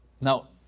Now